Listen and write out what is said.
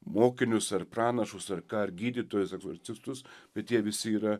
mokinius ar pranašus ar ką ar gydytojus egzorcistus bet jie visi yra